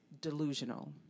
delusional